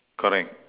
correct